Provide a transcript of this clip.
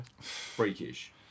Freakish